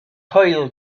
hwyl